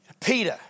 Peter